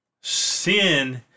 Sin